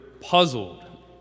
puzzled